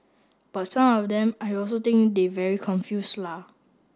but some of them I also think they very confuse la